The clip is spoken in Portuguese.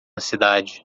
cidade